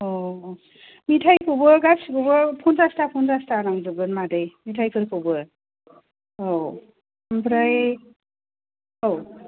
औ मिथायखौबो गासैखौबो पन्सासता पन्सासता नांजोबगोन मादै मिथायफोरखौबो औ ओमफ्राय औ